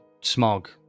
smog